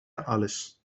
alles